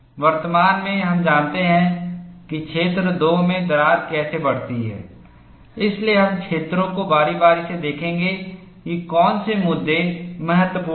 वर्तमान में हम जानते हैं कि क्षेत्र 2 में दरार कैसे बढ़ती है इसलिए हम क्षेत्रों को बारी बारी से देखेंगे कि कौन से मुद्दे महत्वपूर्ण हैं